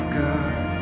good